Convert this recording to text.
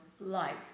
life